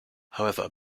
however